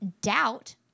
doubt